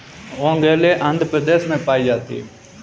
ओंगोले आंध्र प्रदेश में पाई जाती है